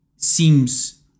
seems